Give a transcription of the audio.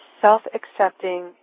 self-accepting